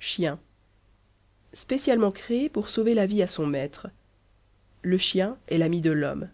chien spécialement créé pour sauver la vie à son maître le chien est l'ami de l'homme